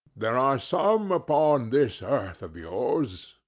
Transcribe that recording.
there are some upon this earth of yours,